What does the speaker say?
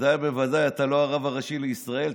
בוודאי ובוודאי שאתה לא הרב הראשי לישראל.